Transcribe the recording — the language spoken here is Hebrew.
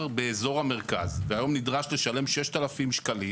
באזור המרכז והיום נדרש לשלם 6,000 שקלים